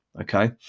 okay